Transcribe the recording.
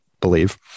believe